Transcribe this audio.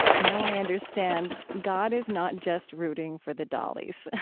now i understand, god is not just rooting for the dollies.